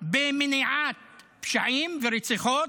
במניעת פשעים ורציחות,